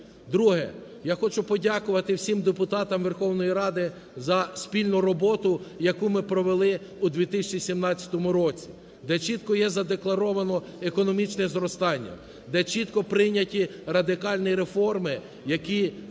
Друге. Я хочу подякувати всім депутатам Верховної Ради за спільну роботу, яку ми провели у 2017 році, де чітко є задекларовано економічне зростання, де чітко прийняті радикальні реформи, які мають